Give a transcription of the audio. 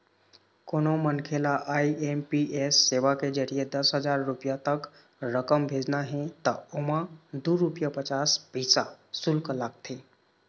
कोनो मनखे ल आई.एम.पी.एस सेवा के जरिए दस हजार रूपिया तक रकम भेजना हे त ओमा दू रूपिया पचास पइसा सुल्क लागथे